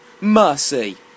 mercy